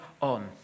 on